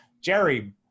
jerry